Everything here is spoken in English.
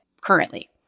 currently